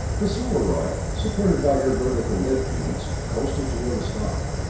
the solarite, supported by her vertical lift units, coasted toward a stop.